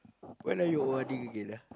when are you O_R_Ding again ah